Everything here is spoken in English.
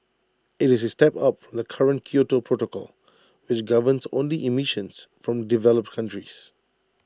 IT is A step up from the current Kyoto protocol which governs only emissions from developed countries